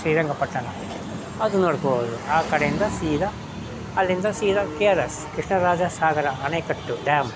ಶ್ರೀರಂಗಪಟ್ಟಣ ಅದು ನೋಡ್ಕೊಳ್ಬೋದು ಆ ಕಡೆಯಿಂದ ಸೀದಾ ಅಲ್ಲಿಂದ ಸೀದಾ K R S Krishnaraja Sagara ಅಣೆಕಟ್ಟು ಡ್ಯಾಮ್